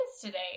today